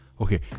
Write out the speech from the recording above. Okay